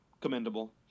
commendable